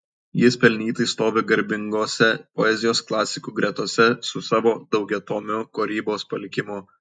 jis pelnytai stovi garbingose poezijos klasikų gretose su savo daugiatomiu kūrybos palikimu